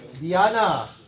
Diana